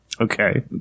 Okay